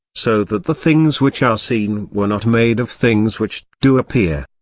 so that the things which are seen were not made of things which do appear.